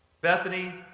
Bethany